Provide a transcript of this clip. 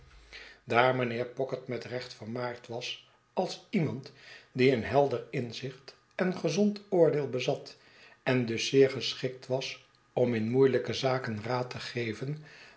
daar mynheer pocket met recht vermaard was als iemand die een helder inzicht en gezond oordeel bezat en dus zeer geschikt was om in moeielijke zaken raad te geven